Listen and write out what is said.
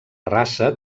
raça